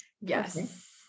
Yes